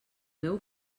meu